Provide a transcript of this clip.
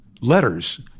letters